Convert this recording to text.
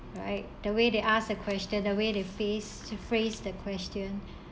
right the way they ask a question the way they phrase to phrase the question